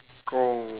oh